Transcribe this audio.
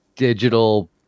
digital